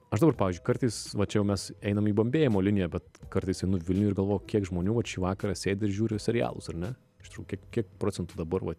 aš dabar pavyzdžiui kartais va čia jau mes einam į bambėjimo liniją bet kartais einu vilniuj ir galvoju kiek žmonių vat šį vakarą sėdi ir žiūri serialus ar ne iš tikrųjų kiek kiek procentų dabar va